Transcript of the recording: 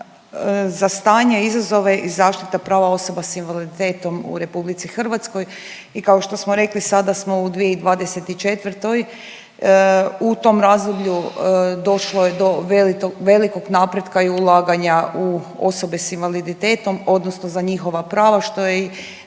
za stanje i izazove i zaštita prava osoba s invaliditetom u RH i kao što smo rekli sada smo u 2024. u tom razdoblju došlo je do velikog napretka i ulaganja u osobe s invaliditetom odnosno za njihova prava što je i